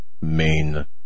main